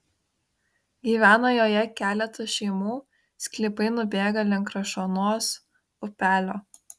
gyvena joje keletas šeimų sklypai nubėga link krašuonos upelio